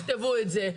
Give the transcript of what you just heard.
תכתבו את זה.